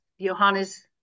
Johannes